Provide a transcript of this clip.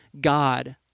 God